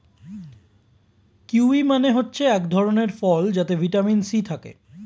kiwi মানে হচ্ছে এক ধরণের ফল যাতে ভিটামিন সি থাকে